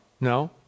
no